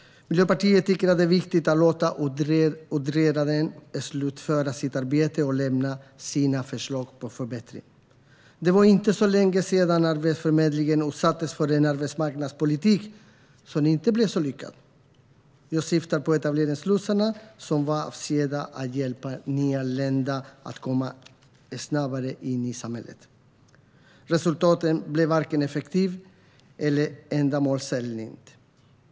Miljöpartiet tycker att det är viktigt att låta utredaren slutföra sitt arbete och lämna sina förslag på förbättringar. Det var inte så länge sedan Arbetsförmedlingen utsattes för en arbetsmarknadspolitik som inte blev så lyckad. Jag syftar på etableringslotsarna, som var avsedda att hjälpa nyanlända att komma snabbare in i samhället. Resultaten visar att det inte blev vare sig effektivt eller ändamålsenligt.